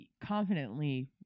confidently